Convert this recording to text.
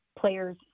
players